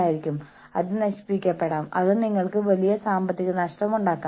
ആർക്കും ആരുടെ ഓഫീസിലും ഏത് സമയത്തും കയറി വരാം